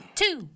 two